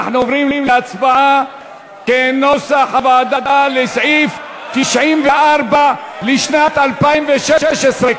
הסתייגויות בדבר הפחתה תקציבית לסעיף 94 לשנת 2016,